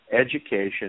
education